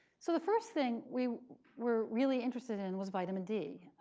so the first thing we were really interested in was vitamin d.